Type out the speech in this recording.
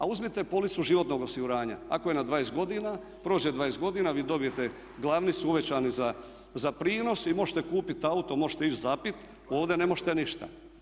A uzmite policu životnog osiguranja, ako je na 20 godina, prođe 20 godina, vi dobijete glavnicu uvećanu za prinos i možete kupiti auto, možete ići zapit, ovdje ne možete ništa.